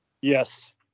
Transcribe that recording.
Yes